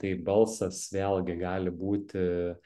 tai balsas vėlgi gali būti